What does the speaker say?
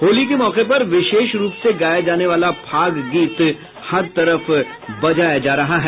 होली के मौके पर विशेष रूप से गाया जाने वाला फाग गीत हर तरफ बज रहा हैं